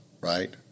right